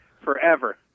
forever